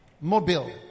Mobile